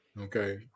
okay